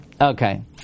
Okay